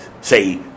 say